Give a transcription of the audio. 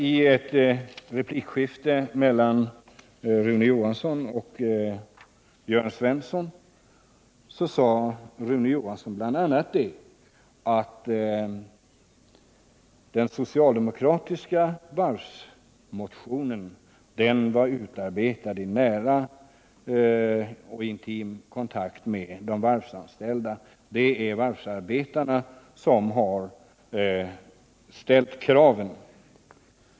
I ett replikskifte med Jörn Svensson sade Rune Johansson bl.a. att den socialdemokratiska varvsmotionen var utarbetad i nära och intim kontakt med de varvsanställda — det är varvsarbetarna som har ställt kraven.